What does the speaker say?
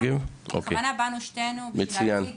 בכוונה באנו שתינו, בשביל להציג